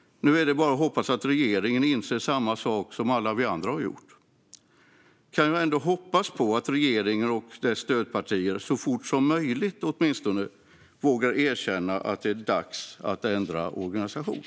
Nu är det bara att hoppas att regeringen inser samma sak som alla vi andra har insett. Kan vi ändå hoppas på att regeringen och dess stödpartier åtminstone så fort som möjligt vågar erkänna att det är dags att ändra organisation?